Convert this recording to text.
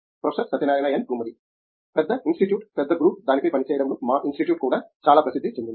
professor Satyanarayana N Gummadi పెద్ద institute పెద్ద group దానిపై పనిచేయడంలో మా ఇన్స్టిట్యూట్ కూడా చాలా ప్రసిద్ది చెందింది